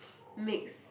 makes